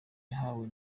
wahawe